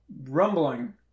rumbling